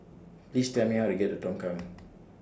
Please Tell Me How to get to Tongkang